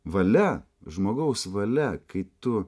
valia žmogaus valia kai tu